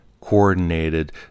coordinated